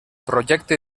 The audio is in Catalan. projecte